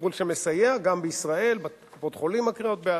טיפול שמסייע גם בישראל, וקופות-החולים מכירות בו.